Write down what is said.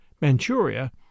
Manchuria